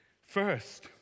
First